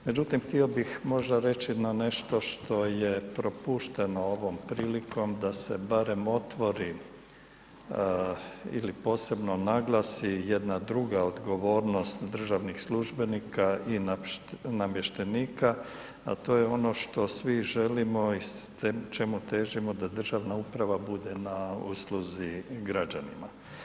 Međutim htio bih možda reći na nešto što je propušteno ovom prilikom da se barem otvori ili posebno naglasi jedna druga odgovornost državnih službenika i namještenika, a to je ono što svi želimo i čemu težimo da državna uprava bude na usluzi građanima.